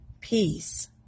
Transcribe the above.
peace